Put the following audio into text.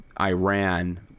Iran